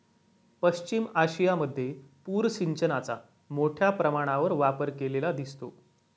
पश्चिम आशियामध्ये पूर सिंचनाचा मोठ्या प्रमाणावर वापर केलेला दिसतो